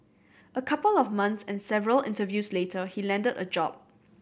a couple of months and several interviews later he landed a job